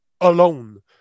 alone